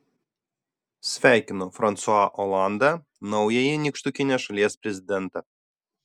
sveikinu fransua olandą naująjį nykštukinės šalies prezidentą